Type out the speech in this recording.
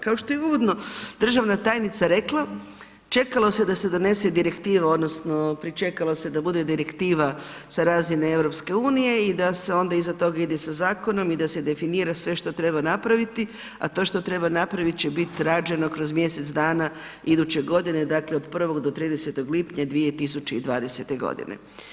Kao što je uvodno državna tajnica rekla, čekalo se da se donese direktiva, odnosno pričekalo se da bude direktiva sa razine EU i da se onda iza toga ide i sad zakonom i da se definira sve što treba napraviti, a to što treba napraviti će biti rađeno kroz mjesec dana iduće godine, dakle od 1. do 30. lipnja 2020. godine.